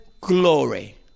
glory